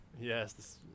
Yes